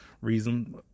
reason